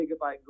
gigabyte